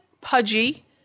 pudgy